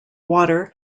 water